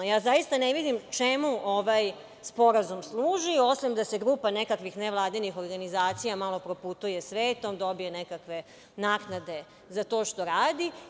Zaista ne vidim čemu ovaj sporazum služi, osim da se grupa nekakvih nevladinih organizacija malo proputuje svetom, dobije nekakve naknade za to što radi.